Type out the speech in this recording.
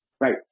right